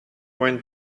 when